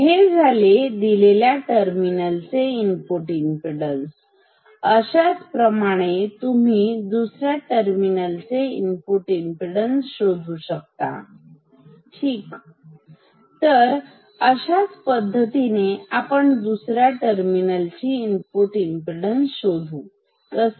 हे झाले दिलेल्या टर्मिनलचे इनपुट इमपीडन्स अशाच प्रमाणे प तुम्ही दुसऱ्या टर्मिनलचे इनपुट इमपीडन्स शोधू शकता ठीक तर अशाच पद्धतीने आपण दुसऱ्या टर्मिनलची इनपुट इमपीडन्स शोधू शकतो कसे